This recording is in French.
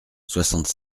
soixante